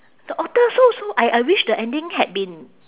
the author so so I I wish the ending had been